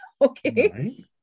Okay